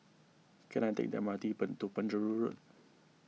can I take the M R T pen to Penjuru Road